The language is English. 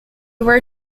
were